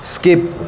skip